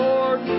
Lord